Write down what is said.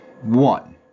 One